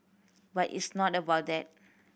but it's not about that